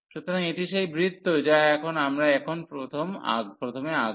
সুতরাং এটি সেই বৃত্ত যা এখন আমরা এখন প্রথমে আঁকব